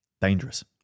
dangerous